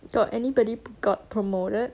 got anybody got promoted